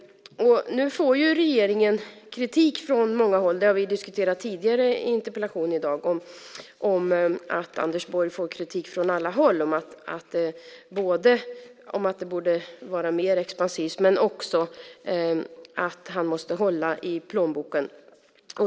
Nu får regeringen kritik från många håll. Vi har i en tidigare interpellation i dag diskuterat att Anders Borg får kritik från alla håll, att det borde vara mer expansivt och att han måste hålla i plånboken.